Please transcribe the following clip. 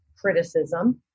criticism